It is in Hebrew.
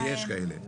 ויש כאלו.